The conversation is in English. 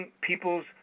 people's